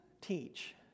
teach